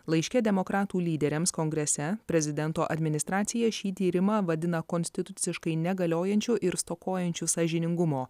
laiške demokratų lyderiams kongrese prezidento administracija šį tyrimą vadina konstituciškai negaliojančiu ir stokojančiu sąžiningumo